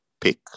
pick